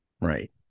Right